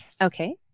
Okay